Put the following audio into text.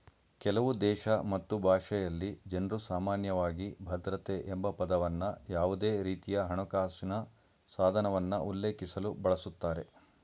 ಕೆಲವುದೇಶ ಮತ್ತು ಭಾಷೆಯಲ್ಲಿ ಜನ್ರುಸಾಮಾನ್ಯವಾಗಿ ಭದ್ರತೆ ಎಂಬಪದವನ್ನ ಯಾವುದೇರೀತಿಯಹಣಕಾಸಿನ ಸಾಧನವನ್ನ ಉಲ್ಲೇಖಿಸಲು ಬಳಸುತ್ತಾರೆ